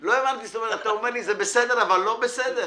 הבנתי, זה בסדר או לא בסדר?